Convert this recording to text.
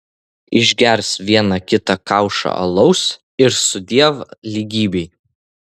išgers vieną kita kaušą alaus ir sudiev lygybei